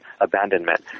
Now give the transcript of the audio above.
abandonment